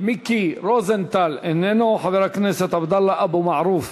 מיקי רוזנטל, איננו, חבר הכנסת עבדאללה אבו מערוף,